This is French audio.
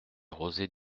rosées